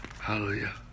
Hallelujah